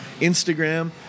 Instagram